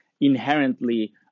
inherently